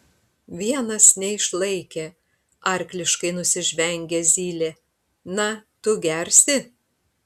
vienas neišlaikė arkliškai nusižvengė zylė na tu gersi